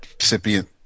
recipient